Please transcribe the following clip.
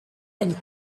and